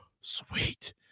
sweet